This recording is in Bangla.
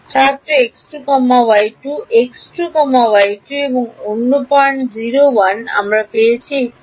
ছাত্র x2 y2 x2 y2 এবং অন্যান্য পয়েন্ট 01 আমি পেয়েছি x3 y3